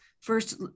first